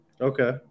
Okay